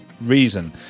reason